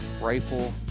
Rifle